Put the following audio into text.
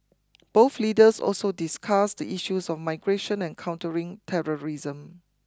both leaders also discussed the issues of migration and countering terrorism